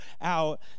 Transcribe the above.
out